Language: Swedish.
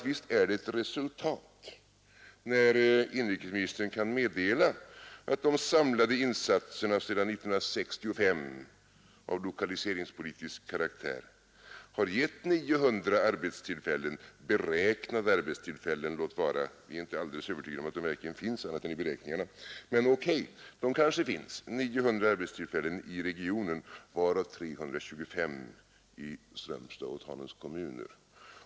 Visst är det ett resultat när inrikesministern kan meddela att de samlade insatserna av lokaliseringspolitisk karaktär sedan 1965 har givit 900 arbetstillfällen — låt vara beräknade; vi är inte övertygade om att de verkligen finns annat än i beräkningarna. Men allright, det kanske finns 900 arbetstillfällen i regionen varav 325 i Strömstads och Tanums kommuner.